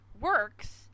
works